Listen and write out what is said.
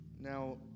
Now